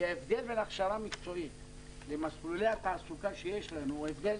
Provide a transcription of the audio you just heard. כי ההבדל בין הכשרה מקצועית למסלולי התעסוקה שיש לנו הוא הבדל